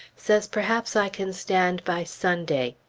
says perhaps i can stand by sunday.